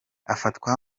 afatwa